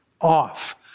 off